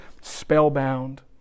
spellbound